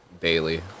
daily